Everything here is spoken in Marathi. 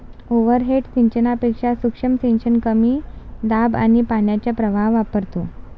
ओव्हरहेड सिंचनापेक्षा सूक्ष्म सिंचन कमी दाब आणि पाण्याचा प्रवाह वापरतो